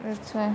that's why